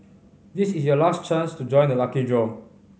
this is your last chance to join the lucky draw